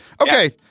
okay